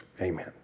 Amen